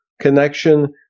connection